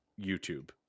YouTube